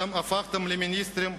אתם הפכתם למיניסטרים,